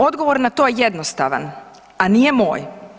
Odgovor na to je jednostavan, a nije moj.